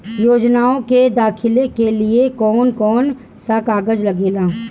योजनाओ के दाखिले के लिए कौउन कौउन सा कागज लगेला?